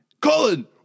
Colin